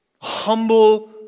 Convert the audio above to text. Humble